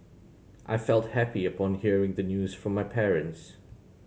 I felt happy upon hearing the news from my parents